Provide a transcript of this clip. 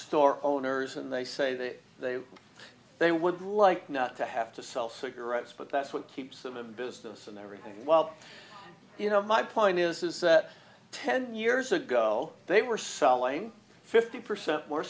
store owners and they say that they they would like not to have to sell cigarettes but that's what keeps them in business and everything well you know my point is is that ten years ago they were selling fifty percent more